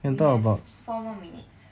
we have four more minutes